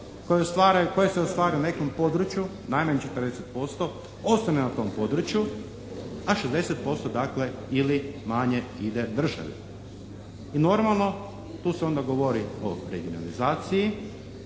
koje se ostvaruju u nekom području najmanje 40% ostane na tom području, a 60% dakle ili manje ide državi i normalno tu se onda govori o regionalizaciji,